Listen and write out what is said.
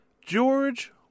George